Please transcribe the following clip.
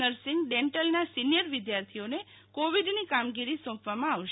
nursing dental senior વિદ્યાર્થીઓને કોવીડની કામગીરી સોપવા માં આવશે